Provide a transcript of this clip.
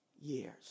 years